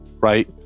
right